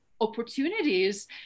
opportunities